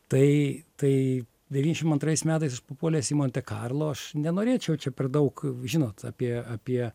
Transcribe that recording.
tai tai devyniasdešimt antrais metais aš puolęs į monte karlo aš nenorėčiau čia per daug žinot apie apie